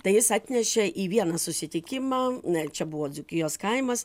tai jis atnešė į vieną susitikimą na čia buvo dzūkijos kaimas